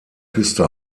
küste